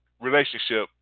relationship